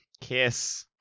Kiss